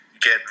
get